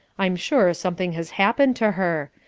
i'm sure something has happened to her.